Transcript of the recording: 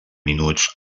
minuts